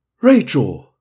Rachel